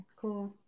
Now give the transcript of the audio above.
Cool